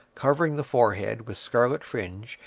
covering the forehead with scarlet fringe,